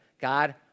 God